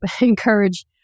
encourage